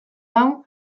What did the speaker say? hau